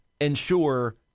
ensure